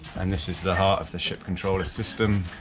and this is the heart of the ship, controller system,